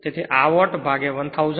તેથી આ વોટ ભાગ્યા 1000 છે